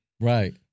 Right